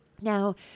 Now